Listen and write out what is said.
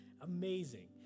amazing